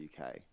UK